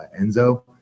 Enzo